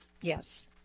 yes